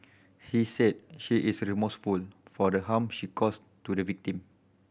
he said she is remorseful for the harm she caused to the victim